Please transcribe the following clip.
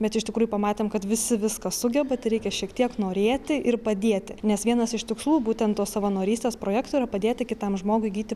bet iš tikrųjų pamatėm kad visi viską sugeba tereikia šiek tiek norėti ir padėti nes vienas iš tikslų būtent tos savanorystės projekto yra padėti kitam žmogui įgyti